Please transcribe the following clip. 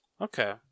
okay